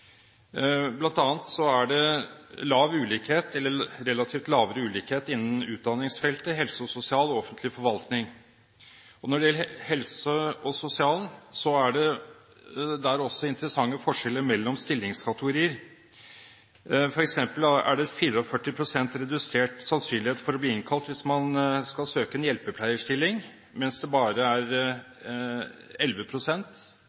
er det relativt sett lavere ulikhet innen utdanningsfeltet helse og sosial og offentlig forvaltning. Når det gjelder helse og sosial, er det der også interessante forskjeller mellom stillingskategorier. Det er f.eks. 44 pst. redusert sannsynlighet for å bli innkalt hvis man skal søke en hjelpepleierstilling, mens det bare